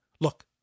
look